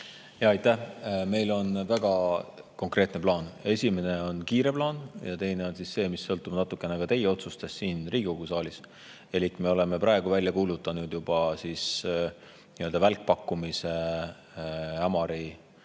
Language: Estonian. Aitäh! Meil on väga konkreetne plaan. Esimene on kiire plaan ja teine on see, mis sõltub natukene ka teie otsustest siin Riigikogu saalis. Elik me oleme praegu välja kuulutanud juba välkpakkumise Ämari